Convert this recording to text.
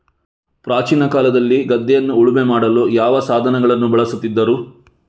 ಪ್ರಾಚೀನ ಕಾಲದಲ್ಲಿ ಗದ್ದೆಯನ್ನು ಉಳುಮೆ ಮಾಡಲು ಯಾವ ಸಾಧನಗಳನ್ನು ಬಳಸುತ್ತಿದ್ದರು?